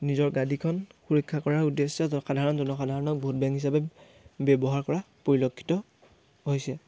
নিজৰ গাদীখন সুৰক্ষা কৰাৰ উদ্দেশ্যত সাধাৰণ জনসাধাৰণক ভোট বেংক হিচাপে ব্যৱহাৰ কৰা পৰিলক্ষিত হৈছে